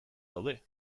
daude